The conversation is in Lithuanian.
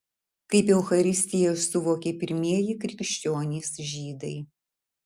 kaip eucharistiją suvokė pirmieji krikščionys žydai